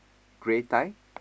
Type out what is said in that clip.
grey tie